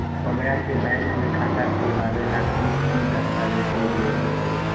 हमरा के बैंक में खाता खोलबाबे ला की की दस्तावेज के जरूरत होतई?